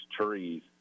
trees